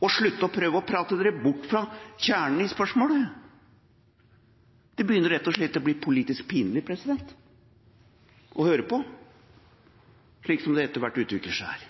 og slutte å prøve å prate seg bort fra kjernen i spørsmålet? Det begynner rett og slett å bli politisk pinlig å høre på, slik som det etter hvert utvikler seg.